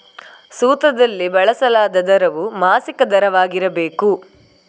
ಸೂತ್ರದಲ್ಲಿ ಬಳಸಲಾದ ದರವು ಮಾಸಿಕ ದರವಾಗಿರಬೇಕು